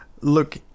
Look